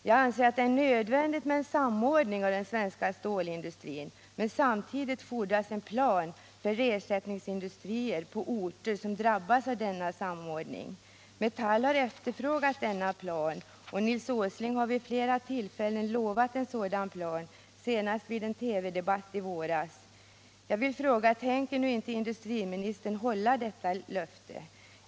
Jag anser att det är nödvändigt med en samordning av den svenska stålindustrin, men samtidigt fordras en plan för ersättningsindustrier på orter som drabbas av denna samordning. Metall har efterfrågat denna plan, och Nils Åsling har vid flera tillfällen lovat en sådan plan, senast i en TV-debatt i våras. Jag vill fråga: Tänker inte industriministern hålla detta löfte?